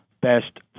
best